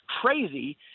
crazy